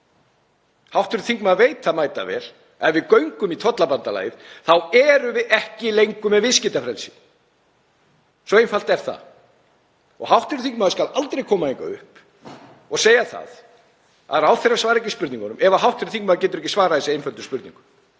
Hv. þingmaður veit það mætavel að ef við göngum í tollabandalagið þá erum við ekki lengur með viðskiptafrelsi. Svo einfalt er það. Hv. þingmaður skal aldrei koma hingað upp og segja það að ráðherrar svari ekki spurningum ef hv. þingmaður getur ekki svarað þessari einföldu spurningu.